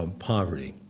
um poverty.